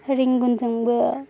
रेंगुनजोंबो